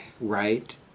Right